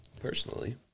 Personally